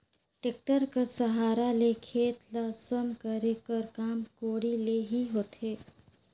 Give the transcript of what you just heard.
tractor कर सहारा ले खेत ल सम करे कर काम कोड़ी ले ही होथे